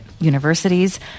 Universities